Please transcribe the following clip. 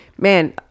man